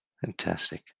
Fantastic